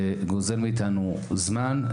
זה גוזל מאיתנו זמן,